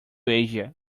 asia